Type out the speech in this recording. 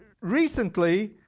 recently